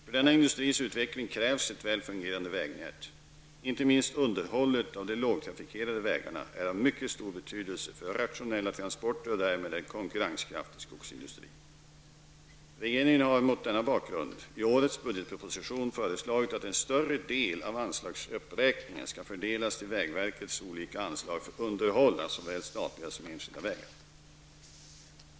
För denna industris utveckling krävs ett väl fungerande vägnät. Inte minst underhållet av de lågtrafikerade vägarna är av mycket stor betydelse för rationella transporter och därmed en konkurrenskraftig skogsindustri. Regeringen har mot denna bakgrund i årets budgetproposition föreslagit att en större del av anslagsuppräkningen skall fördelas till vägverkets olika anslag för underhåll av såväl statliga som enskilda vägar.